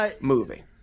movie